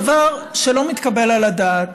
דבר שלא מתקבל על הדעת